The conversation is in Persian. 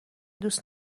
دوست